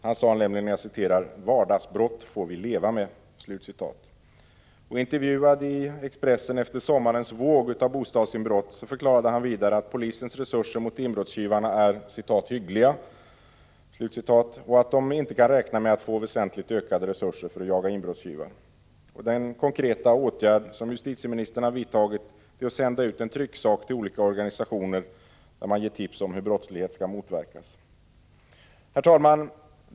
Han sade nämligen: ”Vardagsbrott får vi leva med.” Intervjuad i Expressen efter sommarens våg av bostadsinbrott förklarade justitieministern vidare att polisens resurser mot inbrottstjuvarna är ”hyggliga” och att de inte kan räkna med att få väsentligt ökade resurser för att jaga inbrottstjuvar. Den konkreta åtgärd justitieministern har vidtagit är att sända ut en trycksak till olika organisationer med tips om hur brottslighet skall motverkas. Herr talman!